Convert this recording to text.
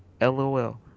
LOL